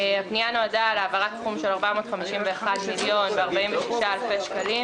הפנייה נועדה להעברת סכום של 451,046,000 שקלים